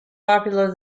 popular